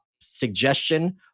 suggestion